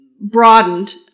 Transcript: broadened